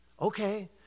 Okay